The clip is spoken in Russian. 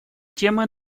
темы